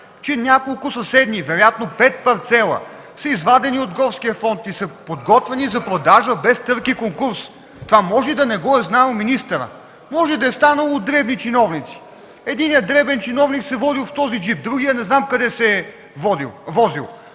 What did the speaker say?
че няколко съседни, вероятно 5 парцела, са извадени от горския фонд и са подготвени за продажба без търг и конкурс. Това може и да не го е знаел министърът, може да е станало от дребни чиновници. Единият дребен чиновник се возил в този джип, другият не знам къде се е возил,